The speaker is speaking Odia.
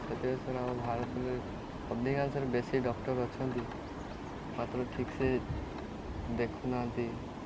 ସେଥିପାଇଁ ସାର୍ ଆମ ଭାରତରେ ଅଧିକାଂଶରେ ବେଶୀ ଡକ୍ଟର ଅଛନ୍ତି ମାତ୍ର ଠିକ୍ସେ ଦେଖୁନାହାନ୍ତି